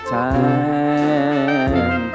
time